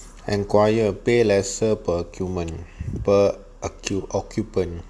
enquire pay lesser per cupant~ per occu~ occupant